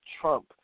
Trump